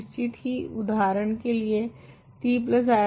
निश्चित ही उदाहरण के लिए ti